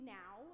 now